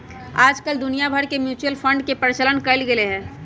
आजकल दुनिया भर में म्यूचुअल फंड के प्रचलन कइल गयले है